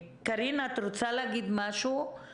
חברת הכנסת קארין, את רוצה להגיד משהו?